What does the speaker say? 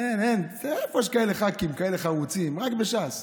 איפה יש כאלה חברי כנסת חרוצים, רק בש"ס.